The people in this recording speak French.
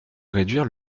réduire